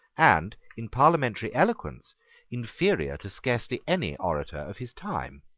and in parliamentary eloquence inferior to scarcely any orator of his time.